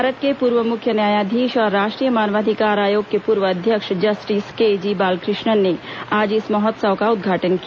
भारत के पूर्व मुख्य न्यायाधीश और राष्ट्रीय मानवाधिकार आयोग के पूर्व अध्यक्ष जस्टिस के जी बालाकृष्णन ने आज इस महोत्सव का उद्घाटन किया